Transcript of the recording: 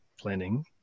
planning